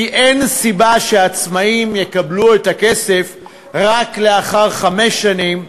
כי אין סיבה שעצמאים יקבלו את הכסף רק לאחר חמש שנים,